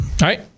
right